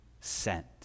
sent